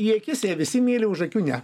į akis jei visi myli už akių ne